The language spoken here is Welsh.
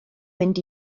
mynd